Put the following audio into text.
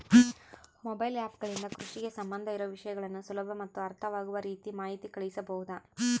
Mobile app ಗಳಿಂದ ಕೃಷಿಗೆ ಸಂಬಂಧ ಇರೊ ವಿಷಯಗಳನ್ನು ಸುಲಭ ಮತ್ತು ಅರ್ಥವಾಗುವ ರೇತಿ ಮಾಹಿತಿ ಕಳಿಸಬಹುದಾ?